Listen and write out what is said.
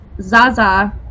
Zaza